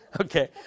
okay